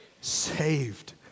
Saved